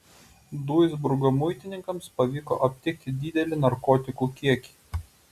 duisburgo muitininkams pavyko aptikti didelį narkotikų kiekį